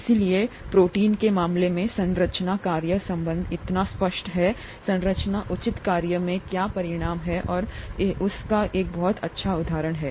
इसलिए प्रोटीन के मामले में संरचना कार्य संबंध इतना स्पष्ट है संरचना उचित कार्य में क्या परिणाम है और यह उस का एक बहुत अच्छा उदाहरण है